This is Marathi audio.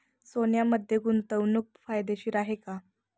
सोन्यामध्ये गुंतवणूक फायदेशीर आहे का?